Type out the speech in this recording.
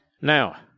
Now